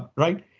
but right?